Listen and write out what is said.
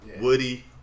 Woody